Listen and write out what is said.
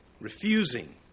Refusing